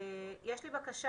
יש לי בקשה.